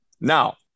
Now